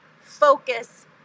focus